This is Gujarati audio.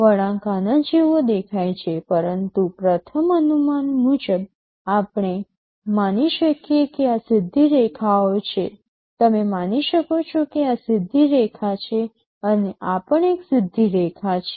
વળાંક આના જેવો દેખાય છે પરંતુ પ્રથમ અનુમાન મુજબ આપણે માની શકીએ કે આ સીધી રેખાઓ છે તમે માની શકો છો કે આ સીધી રેખા છે અને આ પણ એક સીધી રેખા છે